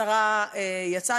השרה יצאה.